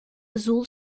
azul